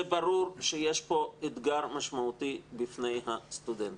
זה ברור שיש פה אתגר משמעותי בפני הסטודנטים.